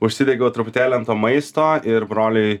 užsidegiau truputėlį ant to maisto ir broliui